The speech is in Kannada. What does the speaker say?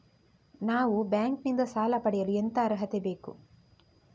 ನಾವು ಬ್ಯಾಂಕ್ ನಿಂದ ಸಾಲ ಪಡೆಯಲು ಎಂತ ಅರ್ಹತೆ ಬೇಕು?